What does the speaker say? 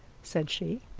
said she.